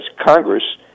Congress